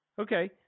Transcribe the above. okay